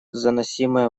заносимое